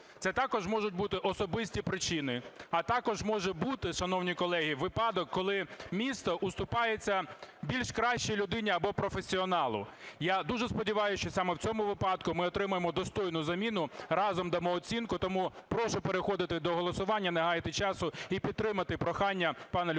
Це також можуть бути особисті причини, а також може бути, шановні колеги, випадок, коли місце уступається більш кращій людині або професіоналу. Я дуже сподіваюсь, що саме в цьому випадку ми отримаємо достойну заміну, разом дамо оцінку. Тому прошу переходити до голосування, не гаяти часу і підтримати прохання пана Любченка.